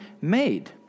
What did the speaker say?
made